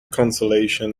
consolation